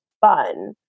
fun